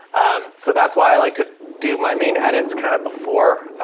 um, so that's why i like to do my main edits kind of before.